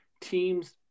teams